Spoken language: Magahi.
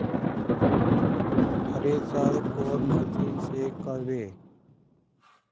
थरेसर कौन मशीन से करबे?